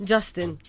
Justin